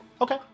Okay